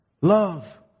love